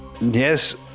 Yes